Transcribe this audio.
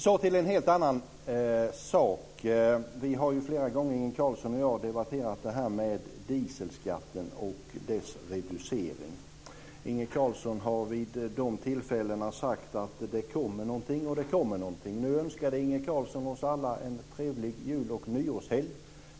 Så till en helt annan sak. Vi har ju flera gånger, Inge Carlsson och jag, debatterat det här med dieselskatten och dess reducering. Inge Carlsson har vid de tillfällena sagt att det kommer någonting och det kommer någonting. Nu önskade Inge Carlsson oss alla en trevlig jul och nyårshelg.